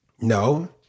no